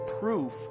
proof